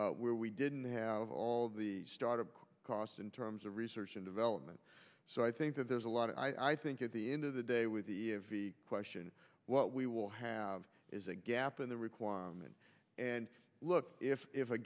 vehicle where we didn't have all the start of cost in terms of research and development so i think that there's a lot of i think at the end of the day with the question what we will have is a gap in the requirement and look if if a